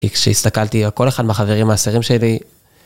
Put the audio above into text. כי כשהסתכלתי על כל אחד מהחברים העשרים שלי,